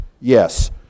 yes